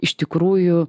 iš tikrųjų